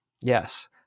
Yes